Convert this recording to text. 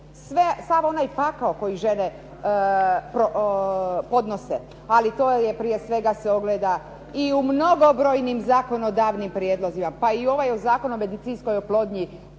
boli, sav onaj pakao koji žene podnose, ali to je prije svega se ogleda i u mnogobrojnim zakonodavnim prijedlozima, pa i ovaj o Zakonu o medicinskoj oplodnji